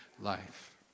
life